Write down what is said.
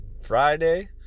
Friday